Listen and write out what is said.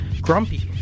Grumpy